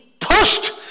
pushed